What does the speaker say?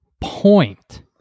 point